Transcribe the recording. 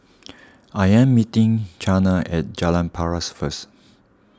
I am meeting Chyna at Jalan Paras first